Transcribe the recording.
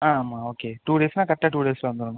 ஆ ஆமாம் okay two டேஸ்ன்னா கரெட்டாக டூ டேஸ்ஸில் வந்துவிடனும்